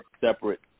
separate